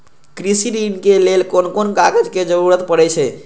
कृषि ऋण के लेल कोन कोन कागज के जरुरत परे छै?